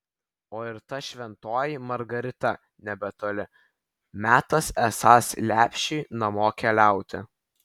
o ir ta šventoji margarita nebetoli metas esąs lepšiui namo keliauti